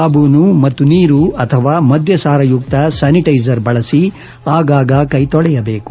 ಸಾಬೂನು ಮತ್ತು ನೀರು ಅಥವಾ ಮದ್ಧಸಾರಯುಕ್ತ ಸ್ವಾನಿಟ್ಟೆಜರ್ ಬಳಸಿ ಆಗಾಗ ಕೈ ತೊಳೆಯಬೇಕು